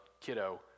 kiddo